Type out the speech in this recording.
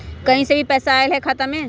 कहीं से पैसा आएल हैं खाता में?